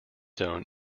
zone